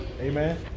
Amen